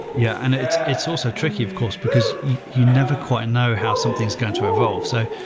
yeah, and it's it's also tricky of course because you never quite know how something is going to evolve. so